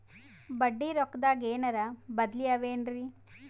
ಬಡ್ಡಿ ರೊಕ್ಕದಾಗೇನರ ಬದ್ಲೀ ಅವೇನ್ರಿ?